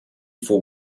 for